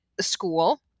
school